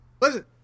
Listen